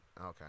Okay